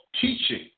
teaching